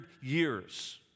years